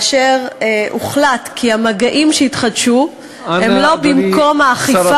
והוחלט כי המגעים שיתחדשו הם לא במקום האכיפה